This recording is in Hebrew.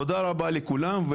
תודה רבה לכולם.